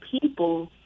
people